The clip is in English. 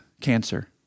cancer